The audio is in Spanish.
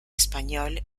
español